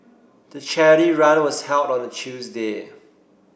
the charity run was held on a Tuesday